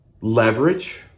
leverage